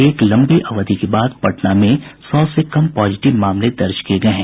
एक लंबी अवधि के बाद पटना में सौ से कम पॉजिटिव मामले दर्ज किये गये हैं